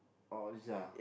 oh this ah